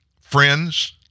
Friends